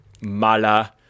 mala